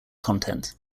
content